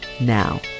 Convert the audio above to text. now